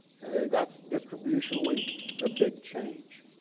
that's distribution only a big change.